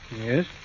Yes